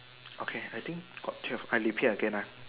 okay I think got twelve I repeat again ah